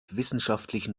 wissenschaftlichen